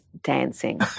dancing